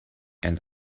and